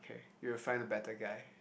okay you will find a better guy